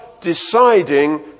deciding